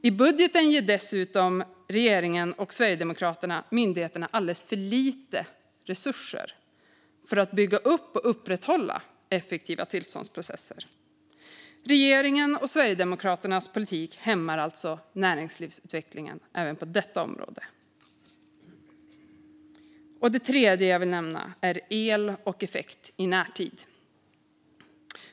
I budgeten ger dessutom regeringen och Sverigedemokraterna myndigheterna alldeles för lite resurser för att dessa ska kunna bygga upp och upprätthålla effektiva tillståndsprocesser. Regeringens och Sverigedemokraternas politik hämmar alltså näringslivsutvecklingen även på detta område. Det tredje jag vill nämna är el och effekt i närtid.